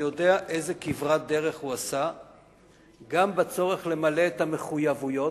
אני יודע איזו כברת דרך הוא עשה גם בצורך למלא את המחויבויות